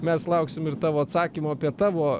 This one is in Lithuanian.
mes lauksim ir tavo atsakymo apie tavo